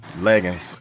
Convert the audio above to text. Leggings